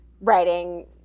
writing